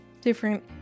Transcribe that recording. different